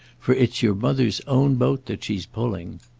for it's your mother's own boat that she's pulling.